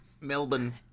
Melbourne